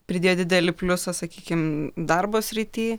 pridėjo didelį pliusą sakykim darbo srity